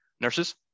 nurses